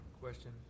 question